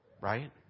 Right